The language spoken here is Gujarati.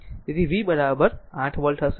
તેથી તે v 8 વોલ્ટ હશે